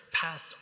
passed